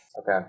Okay